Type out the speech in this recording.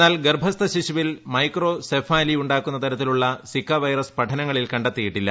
എന്നാൽ ഗർഭസ്ഥ ശിശുവിൽ മൈക്രോസഫാലി ഉണ്ടാക്കുന്ന തരത്തിലുള്ള സിക്ക വൈറസ് പഠനങ്ങളിൽ കണ്ടെത്തിയിട്ടില്ല